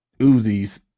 Uzis